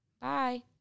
Bye